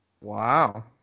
Wow